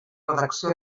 redacció